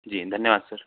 जी धन्यवाद सर